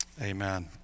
Amen